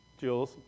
Jules